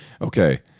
Okay